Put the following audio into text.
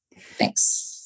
thanks